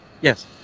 Yes